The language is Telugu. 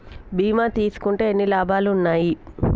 బీమా తీసుకుంటే ఎన్ని లాభాలు ఉన్నాయి?